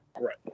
Right